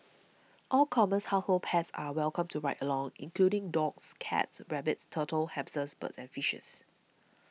all commons household pets are welcome to ride along including dogs cats rabbits turtles hamsters birds and fishes